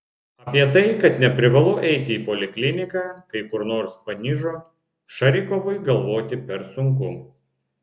apie tai kad neprivalu eiti į polikliniką kai kur nors panižo šarikovui galvoti per sunku